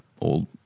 old